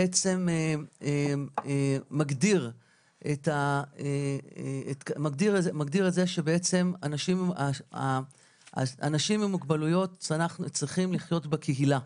בעצם מגדיר את זה שבעצם אנשים עם מוגבלויות צריכים לחיות בקהילה,